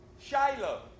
Shiloh